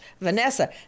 Vanessa